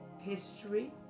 history